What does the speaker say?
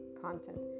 content